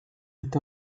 est